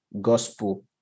gospel